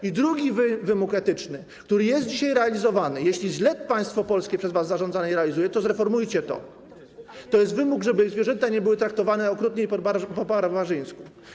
I drugi wymóg etyczny, który jest dzisiaj realizowany - jeśli państwo polskie przez was zarządzane źle go realizuje, to zreformujcie to - to wymóg, żeby zwierzęta nie były traktowane okrutnie i po barbarzyńsku.